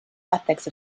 ethics